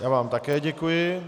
Já vám také děkuji.